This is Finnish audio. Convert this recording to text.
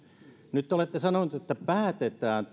nyt te olette sanoneet että päätetään